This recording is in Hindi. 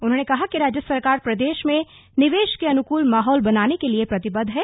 उन्होंने कहा कि राज्य सरकार प्रदेश में निवेश के अनुकूल माहौल बनाने के लिए प्रतिबद्व है